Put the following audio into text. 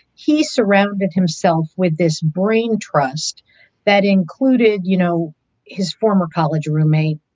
he surrounded himself with this brain trust that included you know his former college roommate,